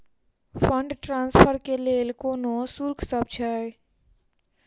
Fund transfer केँ लेल कोनो शुल्कसभ छै?